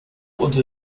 unter